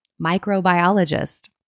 microbiologist